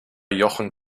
jochen